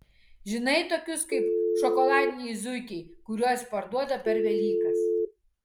žinai tokius kaip šokoladiniai zuikiai kuriuos parduoda per velykas